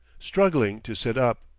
struggling to sit up.